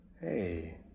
Hey